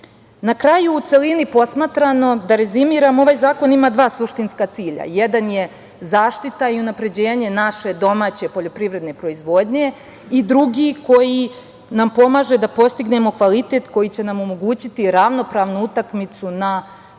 kraju u celini posmatrano, da rezimiramo ovaj zakon ima dva suštinska cilja, jedan je zaštita i unapređenje naše domaće poljoprivredne proizvodnje i drugi koji nam pomaže da postignemo kvalitet koji će nam omogućiti ravnopravnu utakmicu